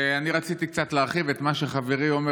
אני רציתי קצת להרחיב את מה שחברי עמר